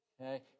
Okay